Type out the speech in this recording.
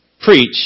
preach